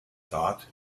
thought